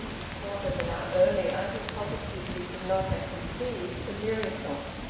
a quarter of an hour earlier he positively could not have conceived the miracle.